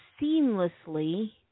seamlessly